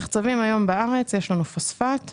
המחצבים שיש לנו היום בארץ הם פוספט ונחושת.